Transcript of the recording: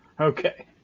Okay